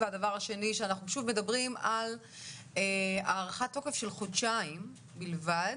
והדבר השני שאנחנו שוב מדברים על הארכת תוקף של חודשיים בלבד,